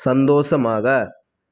சந்தோஷமாக